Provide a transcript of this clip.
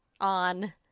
On